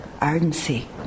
ardency